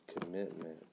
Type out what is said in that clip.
commitment